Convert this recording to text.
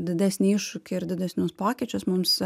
didesnį iššūkį ir didesnius pokyčius mums